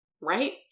right